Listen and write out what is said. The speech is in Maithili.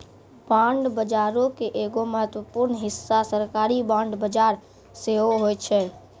बांड बजारो के एगो महत्वपूर्ण हिस्सा सरकारी बांड बजार सेहो होय छै